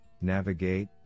navigate